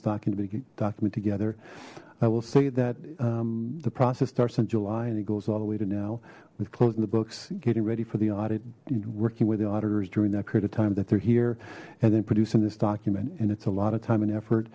talking document together i will say that the process starts in july and it goes all the way to now with closing the books getting ready for the audit working with the auditors during that period of time that they're here and then producing this document and it's a lot of time and effort